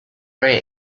very